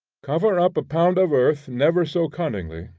cover up a pound of earth never so cunningly,